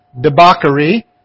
debauchery